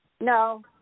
No